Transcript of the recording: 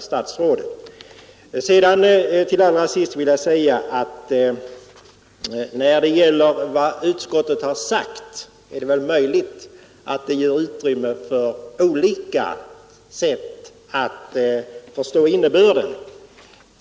statsrådet Holmqvists inlägg. Till allra sist vill jag beträffande utskottets uttalande säga, att det är möjligt att det ger utrymme för olika sätt att förstå innebörden.